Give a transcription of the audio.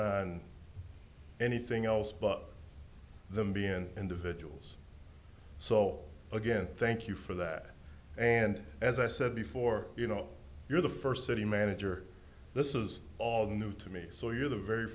on anything else but them being individuals so again thank you for that and as i said before you know you're the first city manager this is all new to me so you're the very